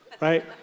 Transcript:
right